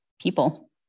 people